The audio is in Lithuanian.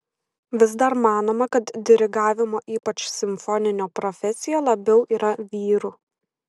vis dar manoma kad dirigavimo ypač simfoninio profesija labiau yra vyrų